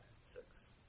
six